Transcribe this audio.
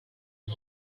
and